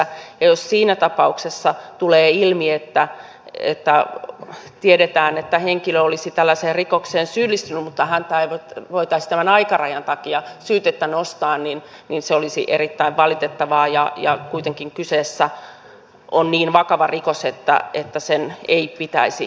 ja jos siinä tapauksessa tulee ilmi että tiedetään että henkilö olisi tällaiseen rikokseen syyllistynyt mutta häntä vastaan ei voitaisi tämän aikarajan takia syytettä nostaa niin se olisi erittäin valitettavaa ja kuitenkin kyseessä on niin vakava rikos että sen ei pitäisi vanheta